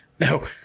No